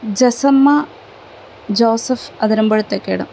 Jessamma Joseph Athirampuzha Thekkedam